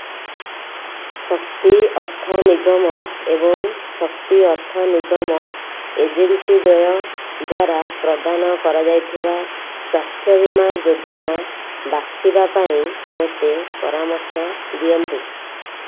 ଶକ୍ତି ଅର୍ଥ ନିଗମ ଏବଂ ଶକ୍ତି ଅର୍ଥ ନିଗମ ଏଜେନ୍ସି ଦ୍ୱୟ ଦ୍ଵାରା ପ୍ରଦାନ କରାଯାଇଥିବା ସ୍ୱାସ୍ଥ୍ୟ ବୀମା ଯୋଜନା ବାଛିବା ପାଇଁ ମୋତେ ପରାମର୍ଶ ଦିଅନ୍ତୁ